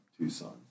Tucson